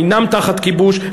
אינם תחת כיבוש,